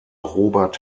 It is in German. robert